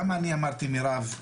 למה אני אמרתי מירב,